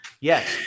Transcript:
Yes